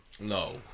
No